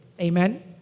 amen